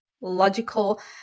logical